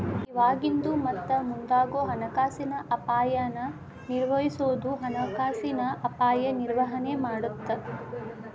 ಇವಾಗಿಂದು ಮತ್ತ ಮುಂದಾಗೋ ಹಣಕಾಸಿನ ಅಪಾಯನ ನಿರ್ವಹಿಸೋದು ಹಣಕಾಸಿನ ಅಪಾಯ ನಿರ್ವಹಣೆ ಮಾಡತ್ತ